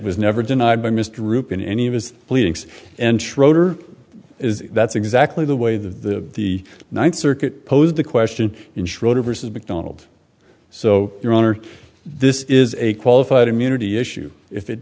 was never denied by mr group in any of his pleadings and schroeder is that's exactly the way the the ninth circuit posed the question in schroeder versus mcdonald so your honor this is a qualified immunity issue if it